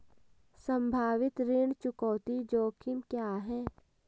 संभावित ऋण चुकौती जोखिम क्या हैं?